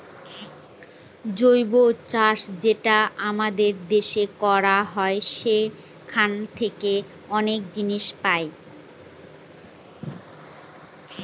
জৈব চাষ যেটা আমাদের দেশে করা হয় সেখান থাকে অনেক জিনিস পাই